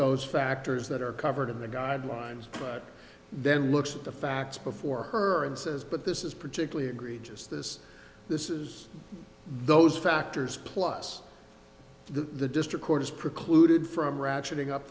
those factors that are covered in the guidelines then look at the facts before her and says but this is particularly egregious this this is those factors plus the district court is precluded from ratcheting up